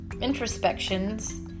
introspections